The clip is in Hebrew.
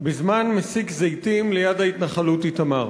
בזמן מסיק זיתים ליד ההתנחלות איתמר.